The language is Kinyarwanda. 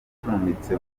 acumbitse